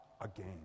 again